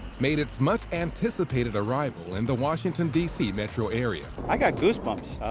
made its much anticipated arrival in the washington, d c. metro area. i got goose bumps.